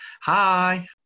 Hi